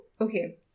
Okay